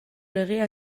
legea